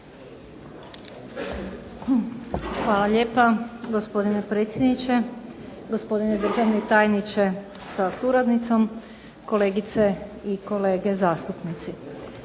Zahvaljujem gospodine predsjedniče, gospodine državni tajniče sa suradnicom, kolegice i kolege. Možda nije